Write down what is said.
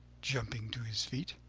jumping to his feet.